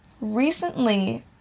recently